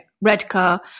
Redcar